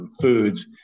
foods